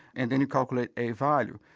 and then you calculate a value.